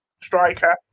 striker